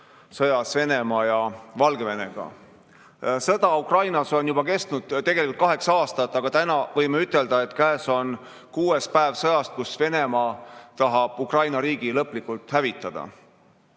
sõjas Venemaa ja Valgevenega. Sõda Ukrainas on kestnud tegelikult juba kaheksa aastat, aga täna võime ütelda, et käes on kuues päev sõjas, millega Venemaa tahab Ukraina riigi lõplikult hävitada.23.